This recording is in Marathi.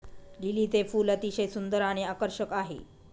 लिलीचे फूल अतिशय सुंदर आणि आकर्षक आहे